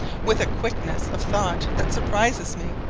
with a quickness of thought that surprises me,